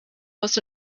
was